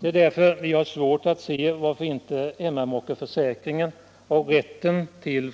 Det är därför vi har svårt att se varför inte hemmamakeförsäkringen och rätten till